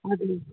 हजुर